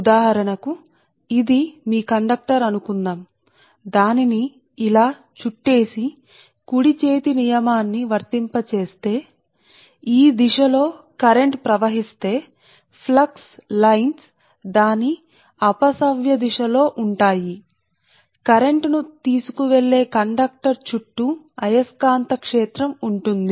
ఉదాహరణ కి మేము కుడి చేతి నియమాన్ని వర్తింపజేస్తే ఇది మీ కండక్టర్ అని అనుకుందాం మరియు మీరు కండక్టర్ను ఇలా చుట్టేస్తే ఈ దిశ లో కరెంటు ప్రవాహం అయితే అప్పుడు ఆ అపసవ్య దిశ anticlockwise anti clockwise నిమీరు చూస్తే అపసవ్య దిశ లో ప్లక్స్ లైన్స్ ఇది కాబట్టి కరెంట్ తీసుకొనివెళ్లే కండక్టర్ దాని చుట్టూ అయస్కాంత క్షేత్రాన్ని కలిగి ఉన్నప్పుడు